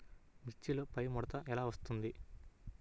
మిర్చిలో పైముడత ఎలా వస్తుంది?